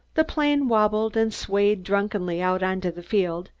the plane wabbled and swayed drunkenly out on to the field,